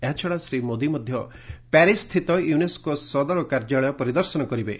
ଏହାଛଡା ଶ୍ରୀ ମୋଦି ମଧ୍ୟ ପ୍ୟାରିସସ୍ଥିତ ୟୁନେସ୍କୋ ସଦର କାର୍ଯ୍ୟାଳୟ ପରିଦର୍ଶନ କରିବେ